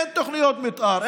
אין תוכניות מתאר,